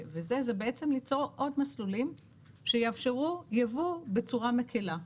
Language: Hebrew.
זה בעצם ליצור עוד מסלולים שיאפשרו יבוא בצורה מקלה.